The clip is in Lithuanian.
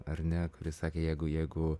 ar ne kur jis sakė jeigu jeigu